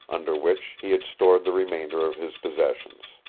under which he had stored the remainder of his possessions.